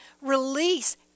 release